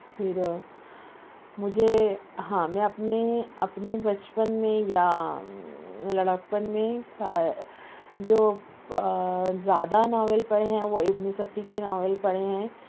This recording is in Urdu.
پھر مجھے ہاں میں اپنی اپنی بچپن میں یا لڑکپن میں جو زیادہ ناول پڑھے ہیں وہ ابن صفی کے ناول پڑھے ہیں